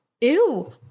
Ew